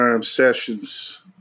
sessions